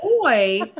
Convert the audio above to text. boy